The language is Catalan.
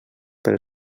pel